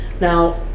Now